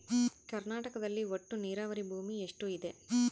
ಕರ್ನಾಟಕದಲ್ಲಿ ಒಟ್ಟು ನೇರಾವರಿ ಭೂಮಿ ಎಷ್ಟು ಇದೆ?